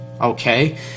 okay